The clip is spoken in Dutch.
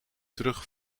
terug